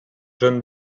john